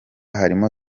harimo